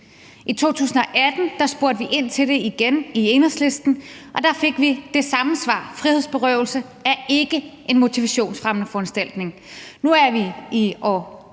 I 2018 spurgte vi i Enhedslisten ind til det igen, og der fik vi det samme svar: Frihedsberøvelse er ikke en motivationsfremmende foranstaltning. Nu er vi i år 2021,